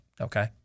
okay